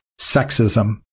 sexism